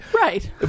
right